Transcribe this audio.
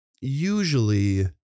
Usually